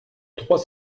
trois